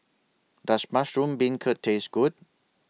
Does Mushroom Beancurd Taste Good